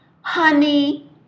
honey